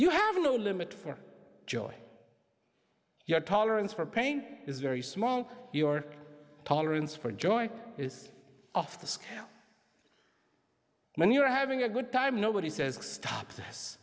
you have no limit for joy your tolerance for pain is very small your tolerance for joy is off the scale when you are having a good time nobody says stop